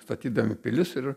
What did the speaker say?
statydami pilis ir